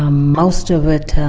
ah most of it